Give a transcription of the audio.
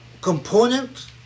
component